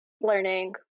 learning